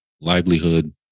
livelihood